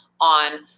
on